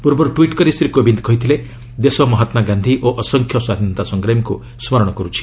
ପୂର୍ବରୁ ଟ୍ପିଟ୍ କରି ଶ୍ରୀ କୋବିନ୍ଦ କହିଛନ୍ତି ଦେଶ ମହାତ୍ମାଗାନ୍ଧୀ ଓ ଅସଂଖ୍ୟ ସ୍ୱାଧୀନତା ସଂଗ୍ରାମୀଙ୍କୁ ସ୍କରଣ କରୁଛି